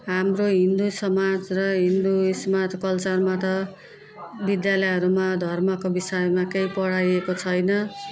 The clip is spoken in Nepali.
हाम्रो हिन्दू समाज र हिन्दू उसमा कल्चरमा त विद्यालयहरूमा धर्मको विषयमा केही पढाइएको छैन